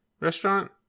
Restaurant